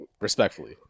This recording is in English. respectfully